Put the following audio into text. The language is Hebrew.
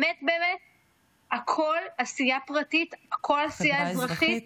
קראתי גם להנהגת הפלגים הפלסטינים להתחיל בצעד הומניטרי: